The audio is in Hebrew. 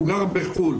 הוא גר בחו"ל.